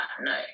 no